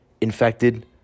infected